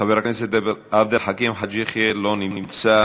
חבר הכנסת עבד אל חכים חאג' יחיא, לא נמצא,